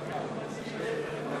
ההסתייגות